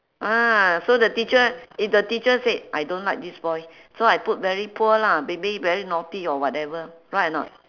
ah so the teacher if the teacher said I don't like this boy so I put very poor lah maybe very naughty or whatever right or not